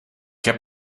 heb